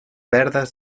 verdes